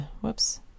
whoops